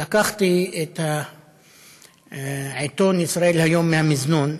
לקחתי את העיתון ישראל היום מהמזנון,